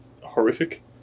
horrific